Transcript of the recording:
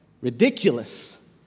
ridiculous